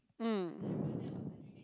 mm